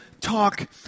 talk